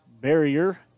barrier